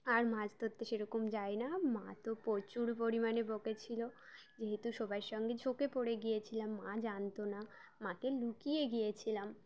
আর মাছ ধরতে সেরকম যায় না মা তো প্রচুর পরিমাণে বকেছিলো যেহেতু সবার সঙ্গে চোখে পড়ে গিয়েছিলাম মা জানতো না মাকে লুকিয়ে গিয়েছিলাম